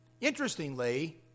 interestingly